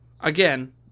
again